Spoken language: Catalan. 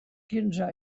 quinze